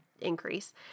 increase